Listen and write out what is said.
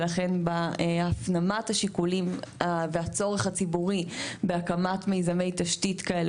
ולכן בהפנמת השיקולים והצורך הציבורי בהקמת מיזמי תשתית כאלה